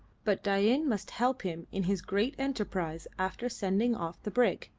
but dain must help him in his great enterprise after sending off the brig.